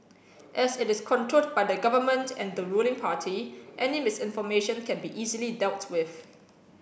as it is controlled by the Government and the ruling party any misinformation can be easily dealt with